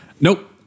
nope